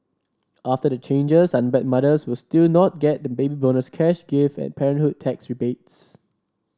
after the changes unwed mothers will still not get the Baby Bonus cash gift and parenthood tax rebates